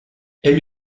elle